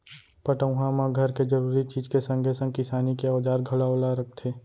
पटउहाँ म घर के जरूरी चीज के संगे संग किसानी के औजार घलौ ल रखथे